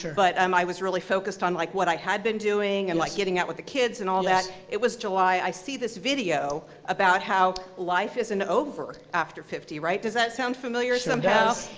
but um i was really focused on like what i had been doing and like getting out with the kids, and all that, it was july, i see this video, about how life isn't over after fifty right, does that sound familiar somehow?